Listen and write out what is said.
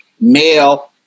Male